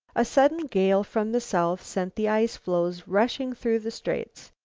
a sudden gale from the south sent the ice-floes rushing through the straits.